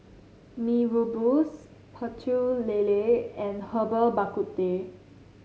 Mee Rebus Pecel Lele and Herbal Bak Ku Teh